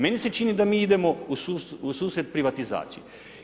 Meni se čini da mi idemo ususret privatizaciji.